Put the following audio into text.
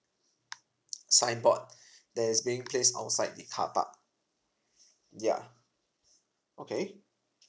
signboard that's being placed outside the car park ya okay